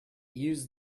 use